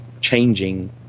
changing